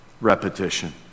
Repetition